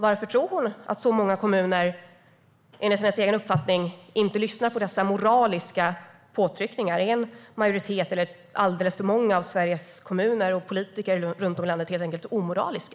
Varför tror hon att så många kommuner enligt hennes egen uppfattning inte lyssnar på dessa moraliska påtryckningar? Är en majoritet eller alldeles för många av Sveriges kommuner och politiker runt om i landet helt enkelt omoraliska?